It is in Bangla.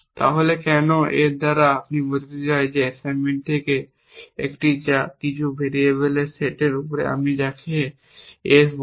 তাহলে কেন এর দ্বারা আমরা বোঝাতে চাই যে এই অ্যাসাইনমেন্ট থেকে একটি যা কিছু ভেরিয়েবলের সেটের উপরে যাকে আপনি S বলেছেন